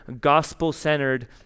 gospel-centered